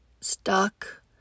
stuck